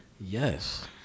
Yes